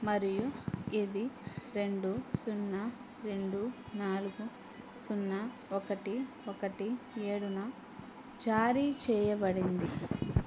మరియు ఇది రెండు సున్నా రెండు నాలుగు సున్నా ఒకటి ఒకటి ఏడున జారీ చేయబడింది